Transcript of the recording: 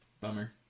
bummer